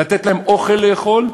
לתת להם אוכל לאכול,